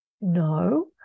no